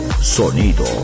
sonido